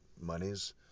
monies